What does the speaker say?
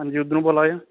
हां जी उद्धरुं बोला दे आं